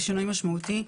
ושינוי משמעותי.